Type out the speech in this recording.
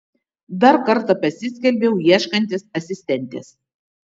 dar kartą pasiskelbiau ieškantis asistentės